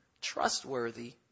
trustworthy